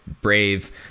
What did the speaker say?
brave